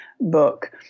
book